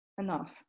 enough